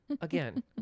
again